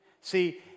See